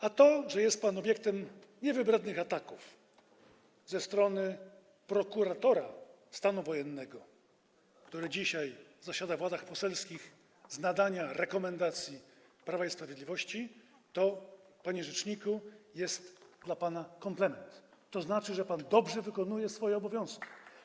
A to, że jest pan obiektem niewybrednych ataków ze strony prokuratora stanu wojennego, który dzisiaj zasiada w ławach poselskich z nadania, rekomendacji Prawa i Sprawiedliwości, to, panie rzeczniku, jest dla pana komplement, to znaczy, że pan dobrze wykonuje swoje obowiązki.